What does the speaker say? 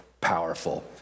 powerful